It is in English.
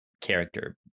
character